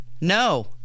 no